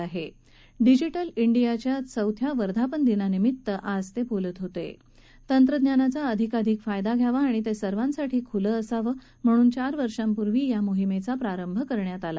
आज डिजि ळे डियाच्या चौथ्या वर्धापन दिनानिमित्त त बिोलत होत संत्रज्ञानाचा अधिकाअधिक फायदा घ्यावा आणि त सिर्वांसाठी खुलं असावं म्हणून चार वर्षापूर्वी या मोहिमद्वी सुरुवात क्ली